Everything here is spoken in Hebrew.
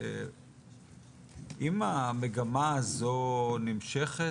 אם המגמה הזו נמשכת,